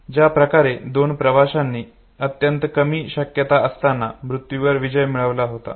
ज्याप्रकारे दोन प्रवाशानी अत्यंत कमी शक्यता असताना मृत्यूवर विजय मिळविला होता